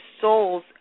souls